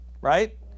right